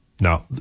Now